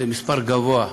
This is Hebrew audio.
זה מספר גבוה.